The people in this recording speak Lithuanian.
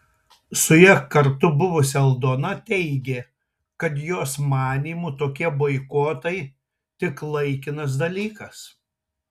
su ja kartu buvusi aldona teigė kad jos manymu tokie boikotai tik laikinas dalykas